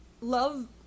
love